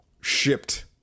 shipped